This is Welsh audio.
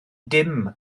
dim